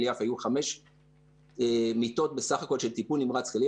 יפה היו בסך הכול חמש מיטות של טיפול נמרץ כללי,